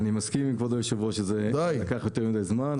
אני מסכים עם כבוד היושב-ראש שזה לקח יותר מדי זמן.